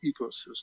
ecosystem